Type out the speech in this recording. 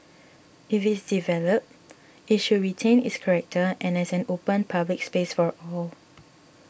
if it's developed it should retain its character an as an open public space for all